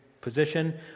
position